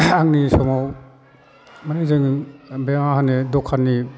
आंनि समाव मानि जोङो बे मा होनो दखाननि